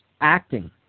acting